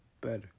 Better